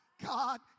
God